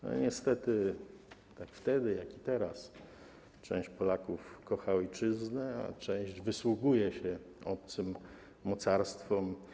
Niestety tak wtedy, jak i teraz część Polaków kocha ojczyznę, a część wysługuje się obcym mocarstwom.